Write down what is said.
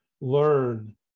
learn